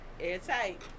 Airtight